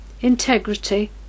integrity